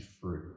free